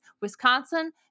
Wisconsin